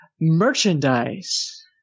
merchandise